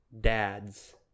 dads